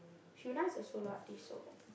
Hyuna is a solo artiste so